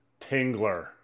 Tingler